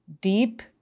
deep